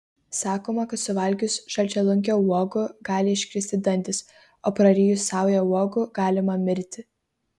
sakoma kad suvalgius žalčialunkio uogų gali iškristi dantys o prarijus saują uogų galima mirti